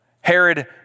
Herod